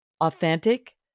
authentic